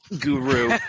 guru